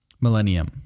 Millennium